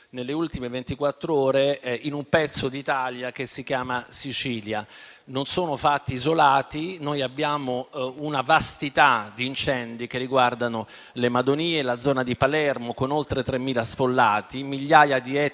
nelle ultime ventiquattr'ore, in un pezzo d'Italia che si chiama Sicilia. Non sono fatti isolati: abbiamo una vastità di incendi che riguardano le Madonie e la zona di Palermo, con oltre 3.000 sfollati; migliaia di ettari